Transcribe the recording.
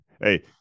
Hey